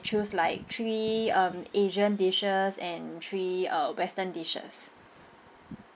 choose like three um asian dishes and three uh western dishes